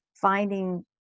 finding